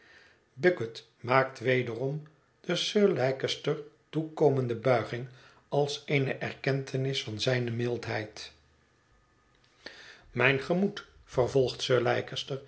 bucket maakt wederom de sir leicester toekomende buiging als eene erkentenis van zijne mildheid mijn gemoed vervolgt sir